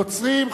נוצרים,